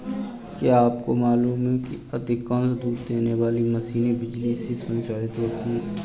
क्या आपको मालूम है कि अधिकांश दूध देने वाली मशीनें बिजली से संचालित होती हैं?